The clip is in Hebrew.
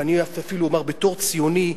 ואני אפילו אומר בתור ציוני,